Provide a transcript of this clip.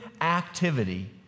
activity